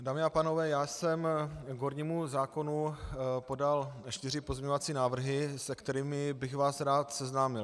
Dámy a pánové, já jsem k hornímu zákonu podal čtyři pozměňovací návrhy, se kterými bych vás rád seznámil.